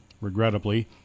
Regrettably